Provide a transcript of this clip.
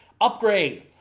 upgrade